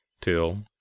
till